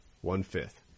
One-fifth